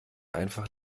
einfach